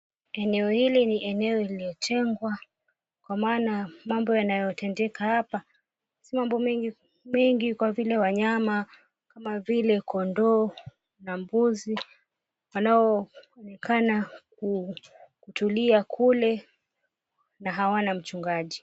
Eneo hili ni eneo limetengwa kwa maana mambo yanayotendeka hapa si mambo mengi kwa vile wanyama kama vile kondoo na mbuzi wanaoonekana kutulia kule na hawana mchungaji.